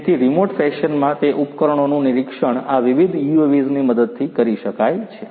તેથી રિમોટ ફેશનમાં તે ઉપકરણોનું નિરીક્ષણ આ વિવિધ UAVs ની મદદથી કરી શકાય છે